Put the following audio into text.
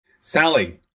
Sally